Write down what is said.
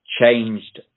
changed